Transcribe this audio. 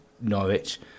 Norwich